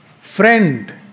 friend